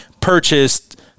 purchased